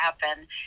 happen